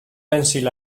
pencil